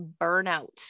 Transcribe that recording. burnout